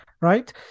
right